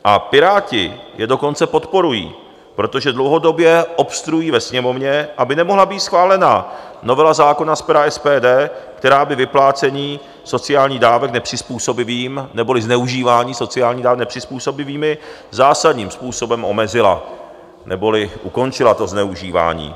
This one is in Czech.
A Piráti je dokonce podporují, protože dlouhodobě obstruují ve Sněmovně, aby nemohla být schválena novela zákona z pera SPD, která by vyplácení sociálních dávek nepřizpůsobivým neboli zneužívání sociálních dávek nepřizpůsobivými zásadním způsobem omezila neboli ukončila to zneužívání.